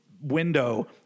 window